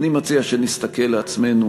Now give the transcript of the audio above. אני מציע שנסתכל לעצמנו